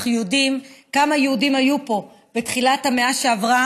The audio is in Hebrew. אנחנו יודעים כמה יהודים היו פה בתחילת המאה שעברה